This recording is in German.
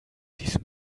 diesem